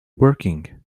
working